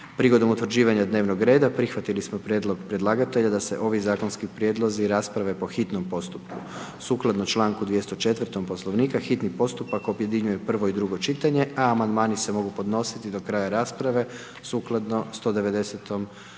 Prigodom utvrđivanja dnevnog reda, prihvatili smo prijedlog predlagatelja da se ovi zakonski prijedlozi rasprave po hitnom postupku. Sukladno članku 204. Poslovnika, hitni postupak objedinjuje prvo i drugo čitanje, a amandmani se mogu podnositi do kraja rasprave sukladno 190. članku